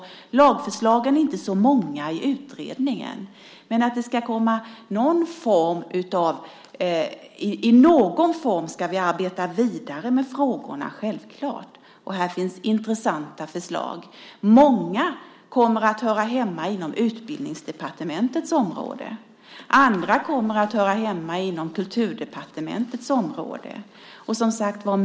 Lagförslagen är inte så många i utredningen. Men i någon form ska vi självfallet arbeta vidare med frågorna. Här finns intressanta förslag. Många av dem kommer att höra hemma på Utbildningsdepartementets område. Andra kommer att höra hemma på Kulturdepartementets område.